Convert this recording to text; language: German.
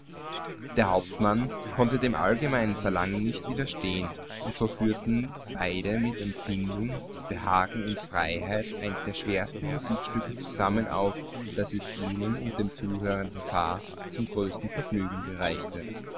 der hauptmann konnte dem allgemeinen verlangen nicht widerstehen und so führten beide mit empfindung behagen und freiheit eins der schwersten musikstücke zusammen auf daß es ihnen und dem zuhörenden paar zum größten vergnügen gereichte